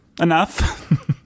enough